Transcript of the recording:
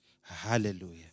hallelujah